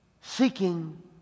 seeking